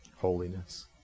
holiness